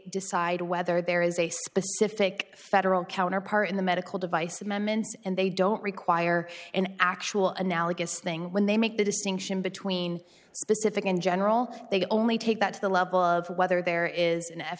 decide whether there is a specific federal counterpart in the medical device amendments and they don't require an actual analogous thing when they make the distinction between specific and general they only take that to the level of whether there is an f